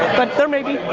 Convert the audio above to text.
but there may